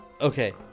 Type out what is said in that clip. Okay